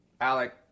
Alec